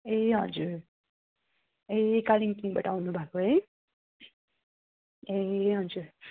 ए हजुर ए कालिम्पोङबाट आउनु भएको है ए हजुर